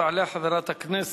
תעלה חברת הכנסת